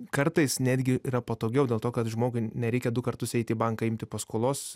kartais netgi yra patogiau dėl to kad žmogui nereikia du kartus eiti į banką imti paskolos